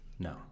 No